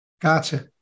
Gotcha